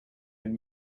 had